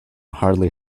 hardly